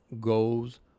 goes